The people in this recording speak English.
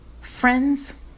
Friends